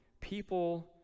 people